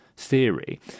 theory